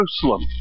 Jerusalem